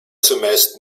zumeist